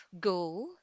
go